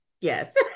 Yes